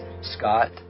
Scott